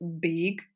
big